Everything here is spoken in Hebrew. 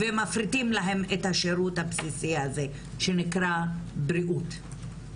ומפריטים להם את השירות הבסיסי הזה שנקרא בריאות.